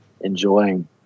enjoying